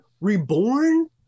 reborn